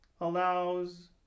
allows